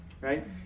Right